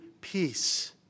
peace